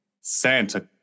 Santa